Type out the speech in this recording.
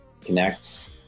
connect